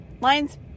lines